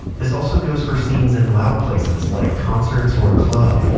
this also goes for scenes in loud places like concerts or a club